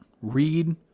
read